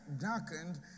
darkened